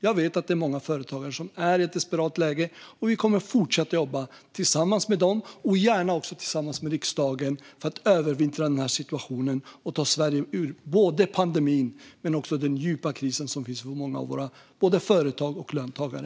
Jag vet att många företagare är i ett desperat läge, och vi kommer att fortsätta att jobba tillsammans med dem och gärna också tillsammans med riksdagen för att övervintra i denna situation och ta Sverige ut ur både pandemin och den djupa kris som drabbat många av våra företag och löntagare.